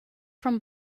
from